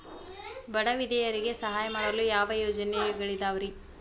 ಬಡ ವಿಧವೆಯರಿಗೆ ಸಹಾಯ ಮಾಡಲು ಯಾವ ಯೋಜನೆಗಳಿದಾವ್ರಿ?